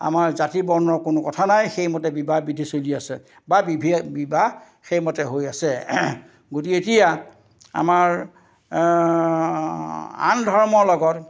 আমাৰ জাতি বৰ্ণৰ কোনো কথা নাই সেইমতে বিবাহ বিধি চলি আছে বা বিভা বিবাহ সেইমতে হৈ আছে গতিকে এতিয়া আমাৰ আন ধৰ্মৰ লগত